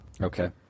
Okay